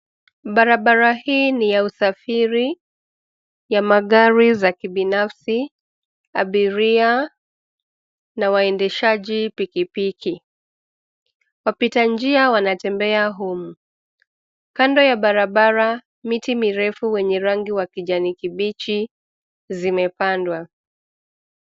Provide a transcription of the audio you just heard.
Barabara hii ni ya usafiri ya magari za kibinafsi, abiria na waendeshaji pikipiki. Wapitanjia wanatembea humu. Kando ya barabara miti mirefu wenye rangi wa kijani kibichi zimepandwa.